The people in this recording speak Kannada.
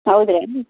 ಹೌದೇನು